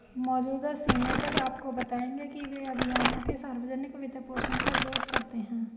मौजूदा सीनेटर आपको बताएंगे कि वे अभियानों के सार्वजनिक वित्तपोषण का विरोध करते हैं